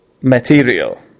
material